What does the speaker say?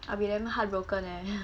I'll be damn heartbroken eh